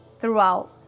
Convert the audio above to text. throughout